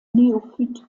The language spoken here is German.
neophyt